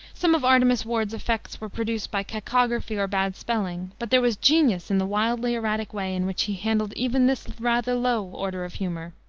some of artemus ward's effects were produced by cacography or bad spelling, but there was genius in the wildly erratic way in which he handled even this rather low order of humor.